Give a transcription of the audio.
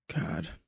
God